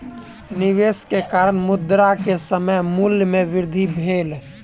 निवेश के कारण, मुद्रा के समय मूल्य में वृद्धि भेल